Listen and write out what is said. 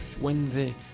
Wednesday